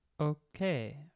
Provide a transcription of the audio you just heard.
okay